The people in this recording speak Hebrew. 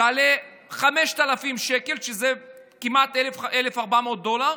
תעלה 5,000 שקל, שזה כמעט 1,400 דולר,